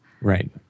Right